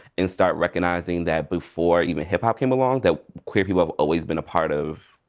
and start recognizing that before even hip hop came along, that queer people have always been a part of